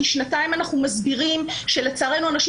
כי שנתיים אנחנו מסבירים שלצערנו אנשים